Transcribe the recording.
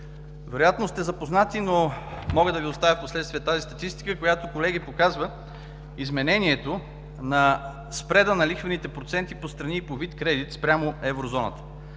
Вероятно сте запознати, колеги, но мога да Ви оставя тази статистика, която показва изменението на спреда на лихвените проценти по страни и по вид кредит спрямо Еврозоната.